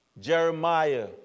Jeremiah